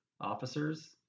officers